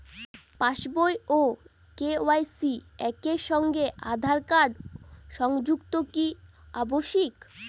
পাশ বই ও কে.ওয়াই.সি একই সঙ্গে আঁধার কার্ড সংযুক্ত কি আবশিক?